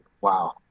Wow